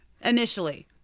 initially